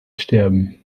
sterben